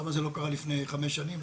למה זה לא קרה לפני חמש שנים,